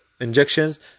injections